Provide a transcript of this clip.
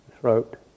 throat